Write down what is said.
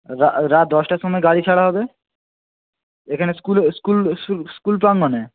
রাত দশটার সময় গাড়ি ছাড়া হবে এখানে স্কুলে স্কুল স্কুল প্রাঙ্গণে